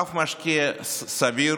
אף משקיע סביר